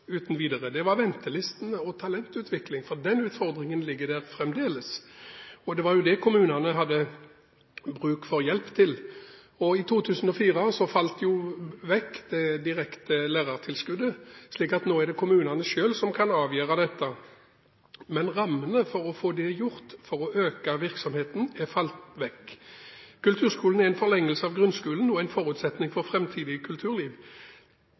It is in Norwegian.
uten videre, er ventelistene og talentutvikling. Den utfordringen ligger der fremdeles. Det var jo det kommunene hadde bruk for hjelp til. I 2004 falt det direkte lærertilskuddet vekk, slik at det nå er kommunene selv som kan avgjøre dette. Men rammene for å få det gjort – for å øke virksomheten – er falt vekk. Kulturskolen er en forlengelse av grunnskolen og en forutsetning for framtidig kulturliv.